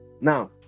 now